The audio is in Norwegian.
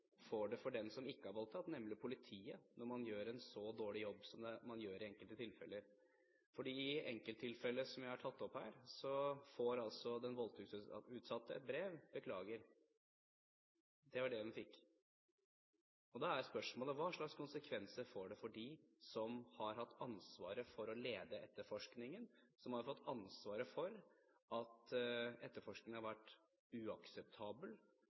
det får for den som ikke er voldtatt, nemlig politiet, når de gjør en så dårlig jobb som de gjør i enkelte tilfeller. I det enkelttilfellet som jeg har tatt opp her, fikk den voldtektsutsatte et brev med «beklager» – det var det hun fikk. Da er spørsmålet: Hva slags konsekvenser får det for dem som har hatt ansvaret for å lede etterforskningen, som har fått ansvaret for at etterforskningen har vært uakseptabel,